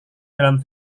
dalam